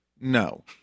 No